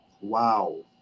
Wow